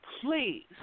please